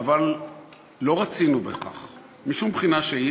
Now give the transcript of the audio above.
אבל לא רצינו בכך משום בחינה שהיא,